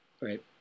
Right